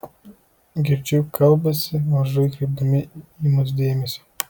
girdžiu kalbasi mažai kreipdami į mus dėmesio